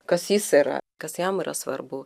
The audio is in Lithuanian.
kas jis yra kas jam yra svarbu